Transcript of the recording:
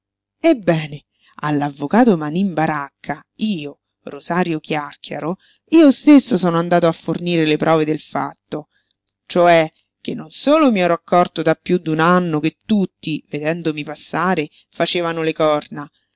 ebbene all'avvocato manin baracca io rosario chiàrchiaro io stesso sono andato a fornire le prove del fatto cioè che non solo mi ero accorto da piú d'un anno che tutti vedendomi passare facevano le corna